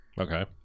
Okay